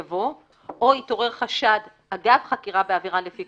יבוא "או התעורר חשד אגב חקירה בעבירה לפי